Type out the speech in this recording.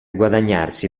guadagnarsi